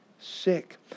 sick